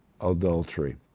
adultery